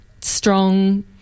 strong